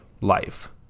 life